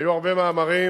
היו הרבה מאמרים,